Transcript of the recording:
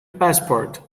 passport